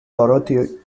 dorothy